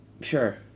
Sure